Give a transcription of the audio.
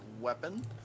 weapon